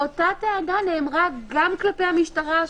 אותה טענה נאמרה גם כלפי המשטרה,